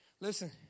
Listen